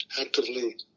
actively